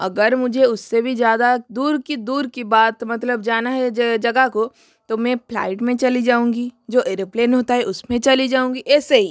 अगर मुझे उससे भी ज़्यादा दूर की दूर की बात मतलब जाना है जगह को तो मे फ्लाइट में चली जाऊँगी जो एरोप्लेन होता हे उसमें चली जाऊँगी ऐसे ही